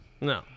No